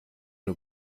nur